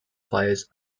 fires